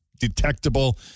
detectable